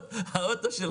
אבל